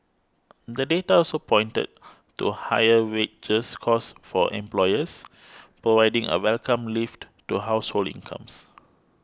the data also pointed to higher wages costs for employers providing a welcome lift to household incomes